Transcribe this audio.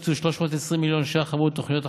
הוקצו 320 מיליון ש"ח עבור תוכנית החופשות,